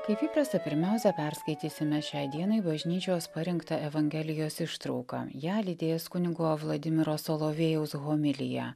kaip įprasta pirmiausia perskaitysime šiai dienai bažnyčios parinktą evangelijos ištrauką ją lydės kunigo vladimiro solovėjaus homilija